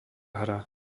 hra